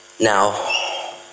Now